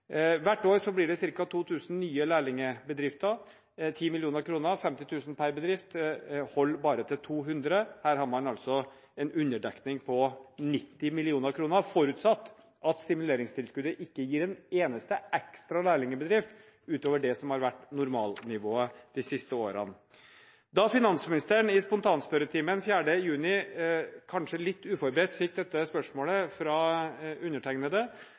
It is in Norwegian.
Hvert år blir det ca. 2 000 nye lærlingbedrifter. 10 mill. kr, med 50 000 per bedrift, holder bare til 200. Her har man en underdekning på 90 mill. kr, forutsatt at stimuleringstilskuddet ikke gir en eneste ekstra lærlingbedrift utover det som har vært normalnivået de siste årene. Da finansministeren i spontanspørretimen 4. juni kanskje litt uforberedt fikk dette spørsmålet fra undertegnede,